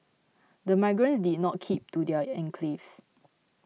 the migrants did not keep to their enclaves